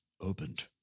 opened